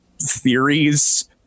theories